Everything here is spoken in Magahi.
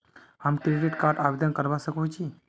हम क्रेडिट कार्ड आवेदन करवा संकोची?